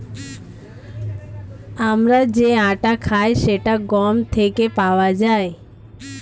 আমরা যে আটা খাই সেটা গম থেকে পাওয়া যায়